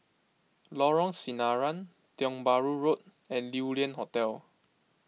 Lorong Sinaran Tiong Bahru Road and Yew Lian Hotel